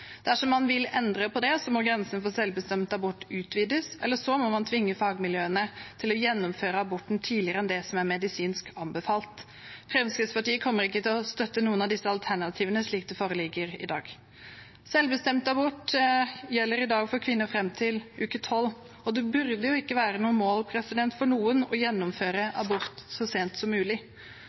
Dersom man vil endre på det, må grensene for selvbestemt abort utvides, eller man må tvinge fagmiljøene til å gjennomføre aborten tidligere enn det som er medisinsk anbefalt. Fremskrittspartiet kommer ikke til å støtte noen av disse alternativene slik det foreligger i dag. Selvbestemt abort gjelder i dag for kvinner fram til uke 12, og det burde jo ikke være noe mål for noen å gjennomføre abort så sent som mulig.